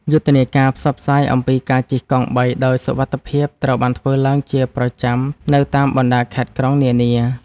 យុទ្ធនាការផ្សព្វផ្សាយអំពីការជិះកង់បីដោយសុវត្ថិភាពត្រូវបានធ្វើឡើងជាប្រចាំនៅតាមបណ្ដាខេត្តក្រុងនានា។